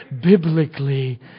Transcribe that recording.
biblically